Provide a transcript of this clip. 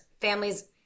families